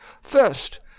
First